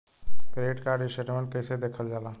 Credit card statement कइसे देखल जाला?